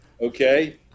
Okay